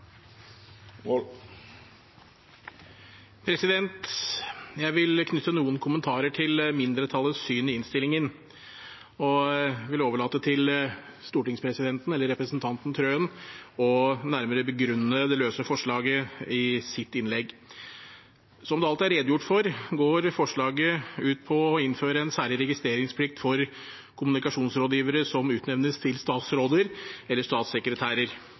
Jeg vil knytte noen kommentarer til mindretallets syn i innstillingen, og jeg vil overlate til stortingspresidenten, Tone Wilhelmsen Trøen, nærmere å begrunne det løse forslaget i sitt innlegg. Som det alt er redegjort for, går representantforslaget ut på å innføre en særlig registreringsplikt for kommunikasjonsrådgivere som utnevnes til statsråder eller statssekretærer.